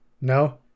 No